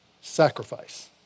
sacrifice